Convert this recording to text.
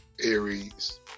Aries